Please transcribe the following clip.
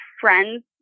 friends